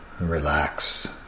Relax